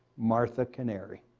martha canary.